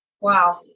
Wow